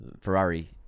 Ferrari